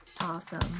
Awesome